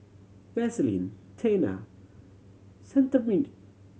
Vaselin Tena Cetrimide